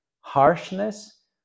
Harshness